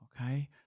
Okay